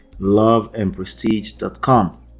loveandprestige.com